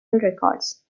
records